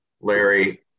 Larry